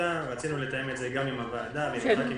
טיוטה ורצינו לתאם את זה עם הוועדה ועם הח"כים